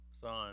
son